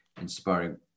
inspiring